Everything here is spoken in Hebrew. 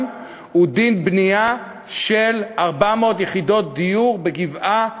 הוא דין בנייה של 400 יחידות דיור בגבעה פתוחה.